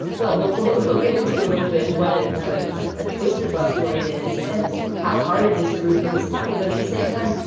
well, but he'll get into a little bit what ah a twisted love story it is and how hard it is to root for this couple. but at the same time,